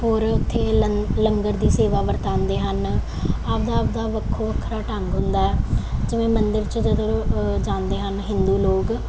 ਹੋਰ ਉੱਥੇ ਲੰ ਲੰਗਰ ਦੀ ਸੇਵਾ ਵਰਤਾਉਂਦੇ ਹਨ ਆਪਦਾ ਆਪਦਾ ਵੱਖੋ ਵੱਖਰਾ ਢੰਗ ਹੁੰਦਾ ਜਿਵੇਂ ਮੰਦਰ 'ਚ ਜਦੋਂ ਜਾਂਦੇ ਹਨ ਹਿੰਦੂ ਲੋਕ